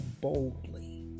boldly